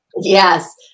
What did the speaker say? Yes